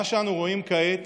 מה שאנו רואים כעת